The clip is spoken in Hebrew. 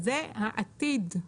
שהם העתיד,